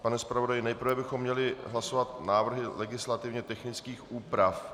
Pane zpravodaji, nejprve bychom měli hlasovat o návrhu legislativně technických úprav.